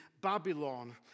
Babylon